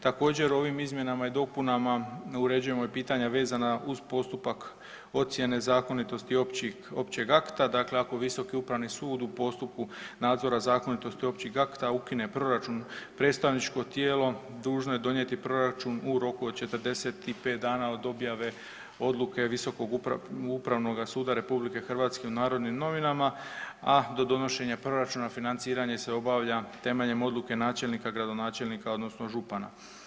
Također ovim izmjenama i dopunama uređujemo i pitanja vezana uz postupak ocjene zakonitosti općeg akta, dakle ako Visoki upravni sud u postupku nadzora zakonitosti općeg akta ukine proračun predstavničko tijelo dužno je donijeti proračun u roku od 45 dana od objave odluke Visokog upravnog suda RH u NN, a do donošenje proračuna financiranje se obavlja temeljem odluke načelnika, gradonačelnika odnosno župana.